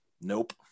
nope